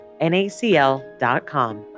nacl.com